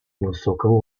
высокого